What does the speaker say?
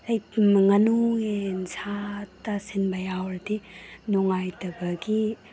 ꯍꯦꯛ ꯉꯥꯅꯨ ꯌꯦꯟ ꯁꯥ ꯇꯥꯁꯤꯟꯕ ꯌꯥꯎꯔꯗꯤ ꯅꯨꯡꯉꯥꯏꯇꯕꯒꯤ